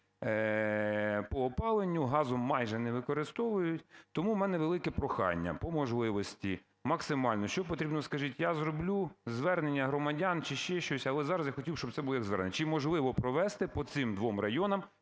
по опаленню, газ майже не використовують. Тому у мене велике прохання по можливості максимально, що потрібно, скажіть, я зроблю, звернення громадян чи ще щось, але зараз я б хотів, щоб це було як звернення: чи можливо провести по цим двом районам